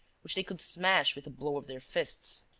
which they could smash with a blow of their fists.